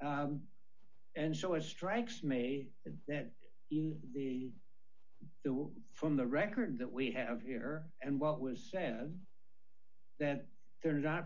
and so it strikes me that in the two from the record that we have here and what was said that they're not